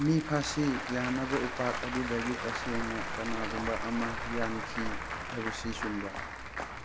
ꯃꯤ ꯐꯥꯔꯁꯤ ꯌꯥꯅꯕ ꯎꯄꯥꯛ ꯑꯗꯨꯗꯒꯤ ꯇꯁꯦꯡꯅ ꯀꯅꯥꯒꯨꯝꯕ ꯑꯃ ꯌꯥꯟꯈꯤ ꯍꯥꯏꯕꯁꯤ ꯆꯨꯝꯕ꯭ꯔꯥ